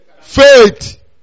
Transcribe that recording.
faith